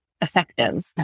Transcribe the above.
effective